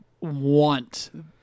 want